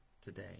today